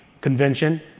convention